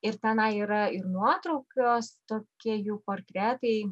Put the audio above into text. ir tenai yra ir nuotraukos tokie jų portretai